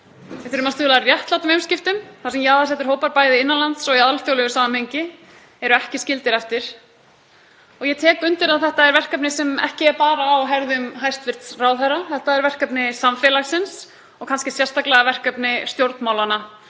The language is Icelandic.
þurfum að stuðla að réttlátum umskiptum þar sem jaðarsettir hópar, bæði innan lands og í alþjóðlegu samhengi, eru ekki skildir eftir. Ég tek undir að þetta er verkefni sem er ekki bara á herðum hæstv. ráðherra. Þetta er verkefni samfélagsins og kannski sérstaklega verkefni stjórnmálanna,